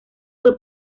fue